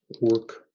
work